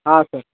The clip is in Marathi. हां सर